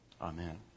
Amen